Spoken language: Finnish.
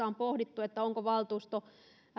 on pohdittu onko valtuusto